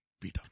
Peter